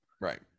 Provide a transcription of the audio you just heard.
Right